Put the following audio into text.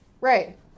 Right